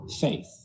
faith